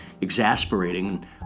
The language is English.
exasperating